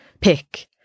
pick